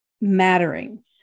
mattering